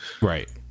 Right